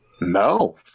No